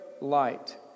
light